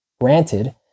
Granted